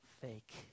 fake